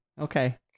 Okay